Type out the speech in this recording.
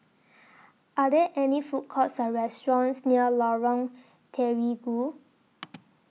Are There any Food Courts Or restaurants near Lorong Terigu